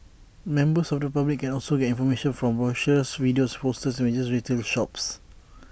members of the public can also get information from brochures videos and posters in major retail shops